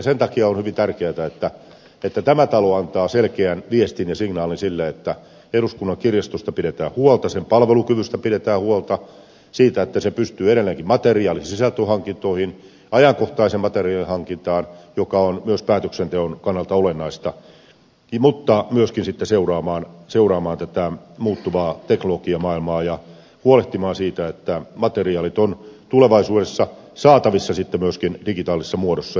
sen takia on hyvin tärkeätä että tämä talo antaa selkeän viestin ja signaalin sille että eduskunnan kirjastosta pidetään huolta sen palvelukyvystä pidetään huolta siitä että se pystyy edelleenkin materiaalin sisältöhankintoihin ajankohtaisen materiaalin hankintaan joka on myös päätöksenteon kannalta olennaista mutta myöskin siten seuraamaan muuttuvaa teknologiamaailmaa ja huolehtimaan siitä että materiaalit ovat tulevaisuudessa saatavissa sitten myöskin digitaalisessa muodossa